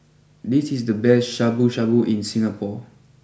this is the best Shabu Shabu in Singapore